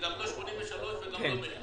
זה גם לא 83 אחוזים וגם לא 100 אחוזים.